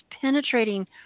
penetrating